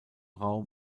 raum